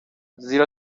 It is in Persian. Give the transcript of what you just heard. زیرا